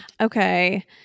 Okay